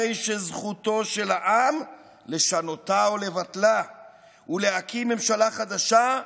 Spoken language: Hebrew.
הרי שזכותו של העם לשנותה או לבטלה ולהקים ממשלה חדשה,